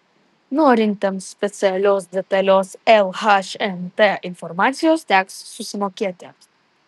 norintiems specialios detalios lhmt informacijos teks susimokėti